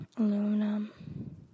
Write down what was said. Aluminum